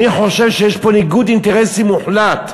אני חושב שיש פה ניגוד אינטרסים מוחלט.